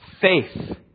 faith